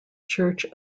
church